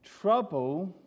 trouble